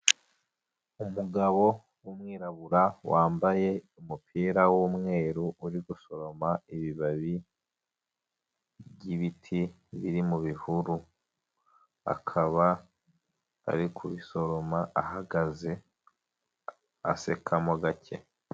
Umugabo w'umwirabura wambaye umupira w'umweru, uri gusoroma ibibabi by'ibiti biri mu bihuru, akaba ari ku bisoroma ahagaze asekamo gake.